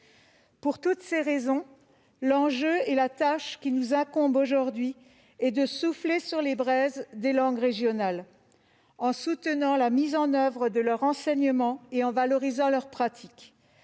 nous soyons à la hauteur de l'enjeu, la tâche qui nous incombe aujourd'hui consiste à souffler sur les braises des langues régionales en soutenant la mise en oeuvre de leur enseignement et en valorisant leur pratique.